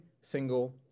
single